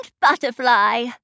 butterfly